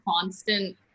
constant